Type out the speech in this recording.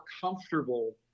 comfortable